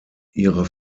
ihre